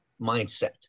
mindset